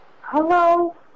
Hello